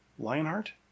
Lionheart